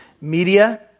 Media